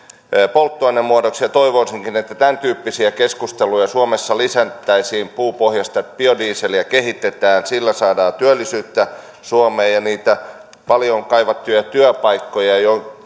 polttoainemuodoksi ja toivoisinkin että tämäntyyppisiä keskusteluja suomessa lisättäisiin puupohjaista biodieseliä kehitetään sillä saadaan työllisyyttä suomeen ja niitä paljon kaivattuja työpaikkoja